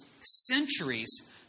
centuries